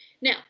now